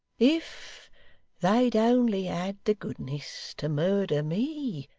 if they'd only had the goodness to murder me,